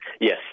Yes